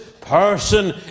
person